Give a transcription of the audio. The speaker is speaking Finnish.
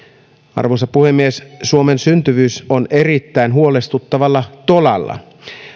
arvoisa puhemies suomen syntyvyys on erittäin huolestuttavalla tolalla